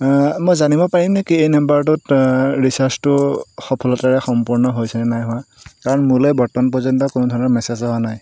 মই জানিব পাৰিম নেকি এই নাম্বাৰটোত ৰিচাৰ্জটো সফলতাৰে সম্পূৰ্ণ হৈছেনে নাই হোৱা কাৰণ মোলৈ বৰ্তমান পৰ্যন্ত কোনোধৰণৰ মেচেজ অহা নাই